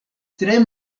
tre